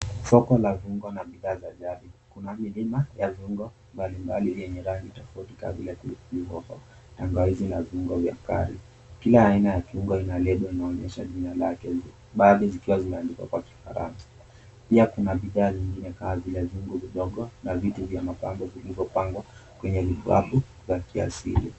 Soko la viungo na bidhaa za jadi. Kuna milima ya viungo mbalimbali yenye rangi tofauti kama vile pilipili hoho , tangawizi na viungo vya kari. Kila aina ya kiungo ina lebo inayoonyesha jina lake juu baadhi zikiwa zimeandikwa kwa kifaransa, pia kuna bidhaa zingine kama vile vyungu vidogo na vitu vya mapambo vilivyopangwa kwenye vikapu vya kiasili.